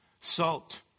salt